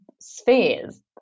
spheres